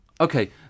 Okay